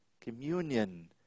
communion